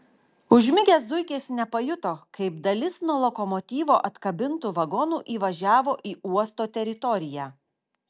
užmigęs zuikis nepajuto kaip dalis nuo lokomotyvo atkabintų vagonų įvažiavo į uosto teritoriją